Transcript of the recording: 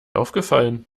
aufgefallen